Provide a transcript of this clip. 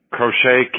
Crochet